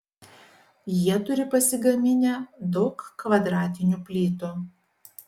jie turi pasigaminę daug kvadratinių plytų